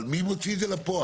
אבל מי מוציא את זה לפועל?